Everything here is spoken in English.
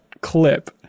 clip